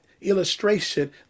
illustration